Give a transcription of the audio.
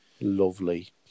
Lovely